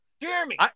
Jeremy